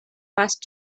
first